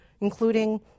including